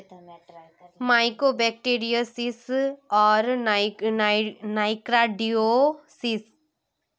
mycobacteriosis आर nocardiosis जीवाणु रोग छेक ज कि मीठा पानी आर समुद्री माछेर तना विस्तृत श्रृंखलाक प्रभावित कर छेक